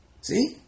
See